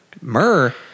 myrrh